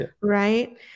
right